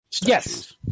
Yes